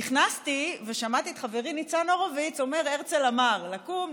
נכנסתי ושמעתי את חברי ניצן הורוביץ אומר "הרצל אמר" לקום,